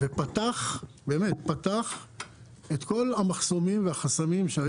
ופתח את כל המחסומים והחסמים שהיו.